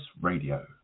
Radio